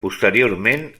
posteriorment